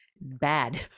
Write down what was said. bad